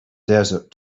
desert